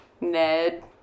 Ned